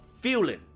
feeling